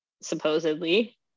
supposedly